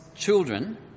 children